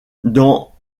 dans